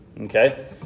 Okay